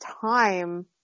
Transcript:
time